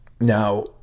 Now